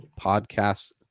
Podcast